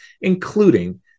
including